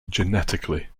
genetically